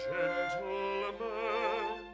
gentlemen